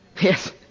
Yes